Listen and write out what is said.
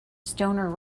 stoner